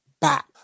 back